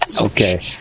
Okay